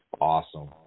awesome